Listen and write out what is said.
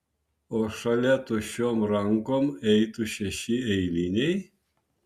o šalia tuščiom rankom eitų šeši eiliniai